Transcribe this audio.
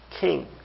King